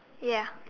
ya